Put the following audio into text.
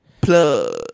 Plug